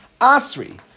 Asri